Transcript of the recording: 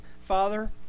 Father